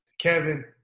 Kevin